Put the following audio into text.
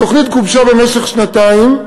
התוכנית גובשה במשך שנתיים.